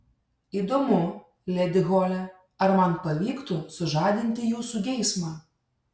įdomu ledi hole ar man pavyktų sužadinti jūsų geismą